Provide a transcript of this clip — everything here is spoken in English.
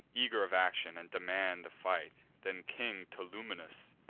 eager of action, and demand the fight. then king tolumnius,